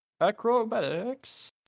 Acrobatics